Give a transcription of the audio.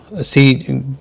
see